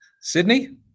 Sydney